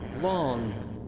Long